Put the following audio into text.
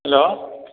hello